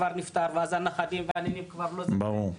כבר נפטר ואז הנכדים והנינים כבר לא זכאים,